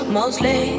mostly